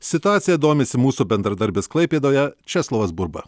situacija domisi mūsų bendradarbis klaipėdoje česlovas burba